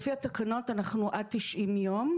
לפי התקנות, עד 90 יום.